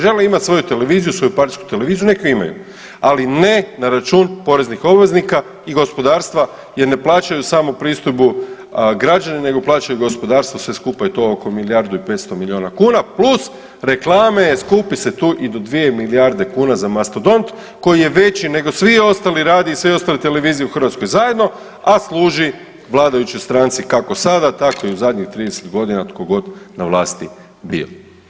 Žele imati svoju televiziju, svoju partijsku televiziju neka je imaju, ali ne na račun poreznih obveznika i gospodarstva jer ne plaćaju samo pristojbu građani, nego plaća i gospodarstvo i sve skupa je to oko milijardu i 500 milijuna kuna, plus reklame skupi se tu i do 2 milijarde kuna za mastodont koji je veći nego svi ostali radiji i sve ostale televizije u Hrvatskoj zajedno, a služi vladajućoj stranci kako sada tako i u zadnjih 30 godina tko god na vlasti bio.